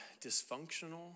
dysfunctional